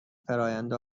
فرآیند